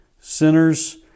Sinners